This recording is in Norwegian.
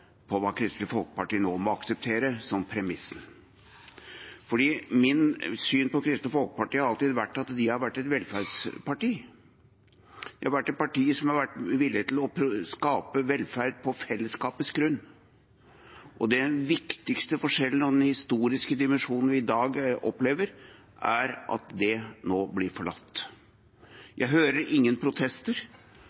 på hva Kristelig Folkeparti nå må akseptere som premisser. Mitt syn på Kristelig Folkeparti har alltid vært at de har vært et velferdsparti. Det har vært et parti som har vært villig til å skape velferd på fellesskapets grunn. Den viktigste forskjellen og den historiske dimensjonen vi i dag opplever, er at det nå blir forlatt.